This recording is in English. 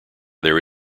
there